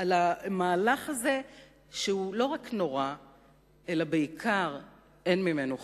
על המהלך הזה שהוא לא רק נורא אלא בעיקר אין ממנו חזרה.